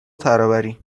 ترابری